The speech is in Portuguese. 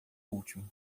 último